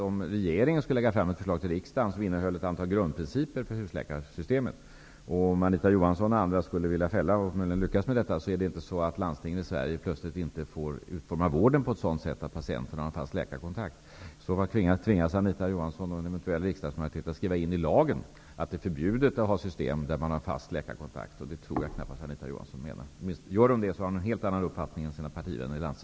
Om regeringen lägger fram ett förslag om husläkarsystem med ett antal grundprinciper till riksdagen och Anita Johansson och andra lyckas fälla det förslaget, är det ju inte så att landstingen därmed inte får utforma vården på ett sådant sätt att patienterna får en fast läkarkontakt. I så fall tvingas Anita Johansson och en eventuell majoritet av riksdagsledamöterna att skriva in i lagen att det är förbjudet med system med en fast läkarkontakt. Jag tror knappast att det är vad Anita Johansson menar. Om Anita Johansson menar det, har hon en helt annan uppfattning än sina partivänner i